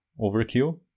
overkill